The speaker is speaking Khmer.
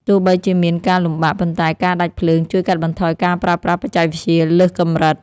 ទោះបីជាមានការលំបាក ប៉ុន្តែការដាច់ភ្លើងជួយកាត់បន្ថយការប្រើប្រាស់បច្ចេកវិទ្យាលើសកម្រិត។